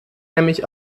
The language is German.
nämlich